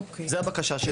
זאת הבקשה שלי.